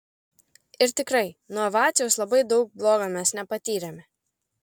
ir tikrai nuo vaciaus labai daug bloga mes nepatyrėme